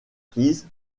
prises